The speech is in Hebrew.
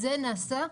זו נעשה,